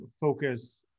focus